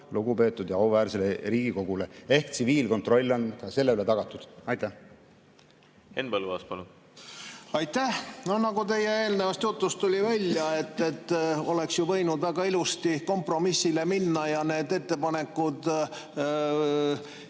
lugupeetud ja auväärsele Riigikogule. Ehk tsiviilkontroll on ka selle üle tagatud. Henn Põlluaas, palun! Aitäh! No nagu teie eelnevast jutust välja tuli, oleks ju võinud väga ilusti kompromissile minna ja meie ettepanekud